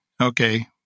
Okay